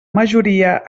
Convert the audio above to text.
majoria